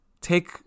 take